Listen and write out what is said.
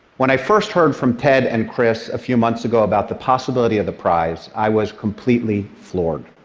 when i first heard from ted and chris a few months ago about the possibility of the prize, i was completely floored.